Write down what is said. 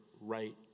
right